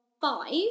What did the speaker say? five